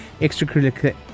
extracurricular